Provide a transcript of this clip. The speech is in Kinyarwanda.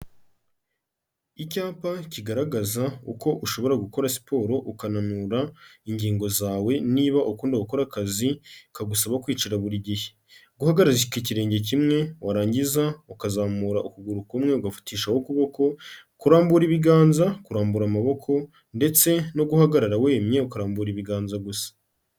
Icyapa kigaragaza uko ushobora gukora siporo ukananura ingingo zawe niba ukunda gukora akazi kagusaba kwicara buri gihe. Guhagarika ikirenge kimwe warangiza ukazamura ukuguru kumwe ugafatishaho ukuboko, kurambura ibiganza, kurambura amaboko ndetse no guhagarara wemye ukarambura ibiganza gusa.